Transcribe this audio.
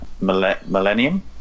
millennium